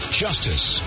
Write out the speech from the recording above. justice